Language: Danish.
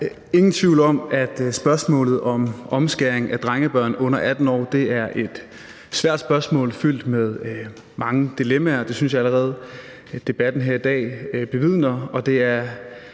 ingen tvivl om, at spørgsmålet om omskæring af drengebørn under 18 år er et svært spørgsmål fyldt med mange dilemmaer. Det synes jeg allerede debatten her